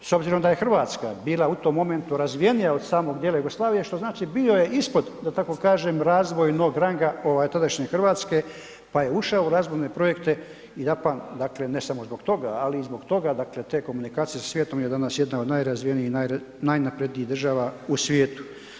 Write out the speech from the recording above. S obzirom da je Hrvatska bila u tom momentu razvijenija od samog dijela Jugoslavije, znači bio je ispod da tako kažem razvojnog ranga ovaj tadašnje Hrvatske pa je ušao u razvojne projekte i Japan dakle ne samo zbog toga, ali i zbog toga dakle te komunikacije sa svijetom je danas jedna od najrazvijenijih i najnaprednijih država u svijetu.